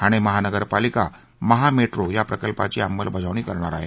ठाणे महानगरपालिका महा मेट्रो या प्रकल्पाची अंमलबजावणी करणार आहे